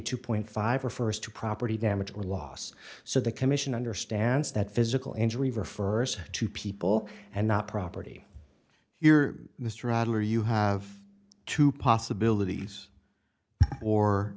two point five refers to property damage or loss so the commission understands that physical injury refers to people and not property you're mr adler you have two possibilities or